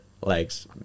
legs